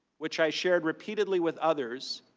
which i shared repeatedly with others,